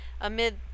Amid